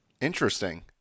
Interesting